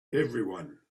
everyone